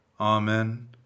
Amen